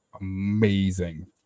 amazing